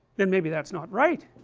then maybe that's not right